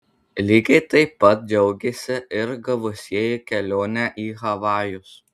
lygiai taip pat džiaugėsi ir gavusieji kelionę į havajus